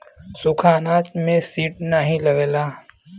सुखा अनाज में सीड नाही लगेला